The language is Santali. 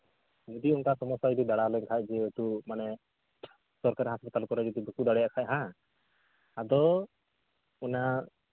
ᱡᱩᱫᱤ ᱚᱱᱠᱟ ᱥᱚᱢᱚᱥᱥᱟ ᱵᱟᱲᱦᱟᱣ ᱞᱮᱱᱠᱷᱟᱡ ᱡᱮᱦᱮᱛᱩ ᱢᱟᱱᱮ ᱥᱚᱨᱠᱟᱨᱤ ᱦᱟᱸᱥᱯᱟᱛᱟᱞ ᱠᱚᱨᱮ ᱡᱩᱫᱤ ᱵᱟᱠᱚ ᱫᱟᱲᱮᱭᱟᱜ ᱠᱷᱟᱡ ᱦᱮᱸ ᱟᱫᱚ ᱤᱱᱟᱹ